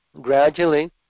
gradually